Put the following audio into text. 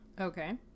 Okay